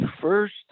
first